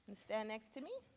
stand next to me.